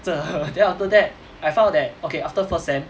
真的 then after that I found that okay after first sem